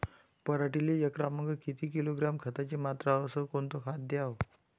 पराटीले एकरामागं किती किलोग्रॅम खताची मात्रा अस कोतं खात द्याव?